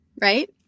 right